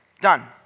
Done